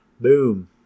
boom